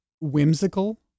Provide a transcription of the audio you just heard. whimsical